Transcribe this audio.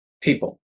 people